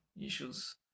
issues